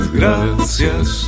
gracias